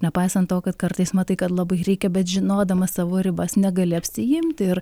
nepaisant to kad kartais matai kad labai reikia bet žinodamas savo ribas negali apsiimti ir